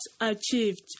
achieved